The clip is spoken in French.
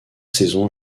saison